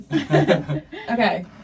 Okay